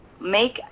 make